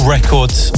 Records